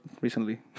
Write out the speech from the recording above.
recently